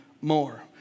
more